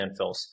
landfills